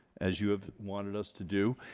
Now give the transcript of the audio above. as you have wanted us to do,